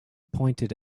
pointed